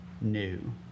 new